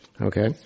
Okay